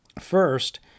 First